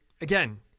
Again